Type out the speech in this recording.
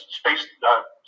space